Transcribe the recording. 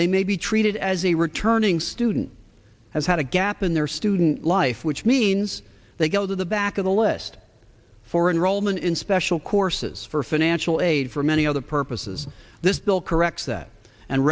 they may be treated as a returning student has had a gap in their student life which means they go to the back of the list for enrollment in special courses for financial aid for many other purposes this bill corrects that and